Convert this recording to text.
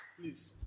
please